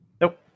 Nope